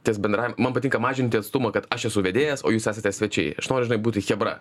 tas bendra man patinka mažinti atstumą kad aš esu vedėjas o jūs esate svečiai aš noriu žinai būti chebra